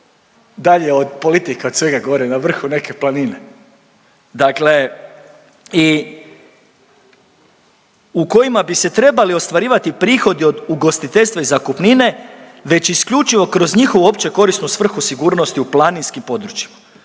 dalje od politike, od svega gore na vrhu neke planine. Dakle i u kojima bi se trebali ostvarivati prihodi od ugostiteljstva i zakupnine, već isključivo kroz njihovu opće korisnu svrhu sigurnosti u planinskim područjima.